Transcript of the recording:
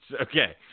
Okay